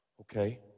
okay